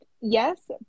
Yes